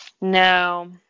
No